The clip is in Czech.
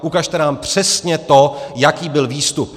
Ukažte nám přesně to, jaký byl výstup.